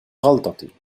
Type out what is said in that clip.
غلطتي